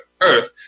Earth